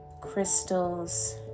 crystals